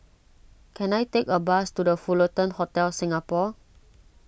can I take a bus to the Fullerton Hotel Singapore